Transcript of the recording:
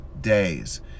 days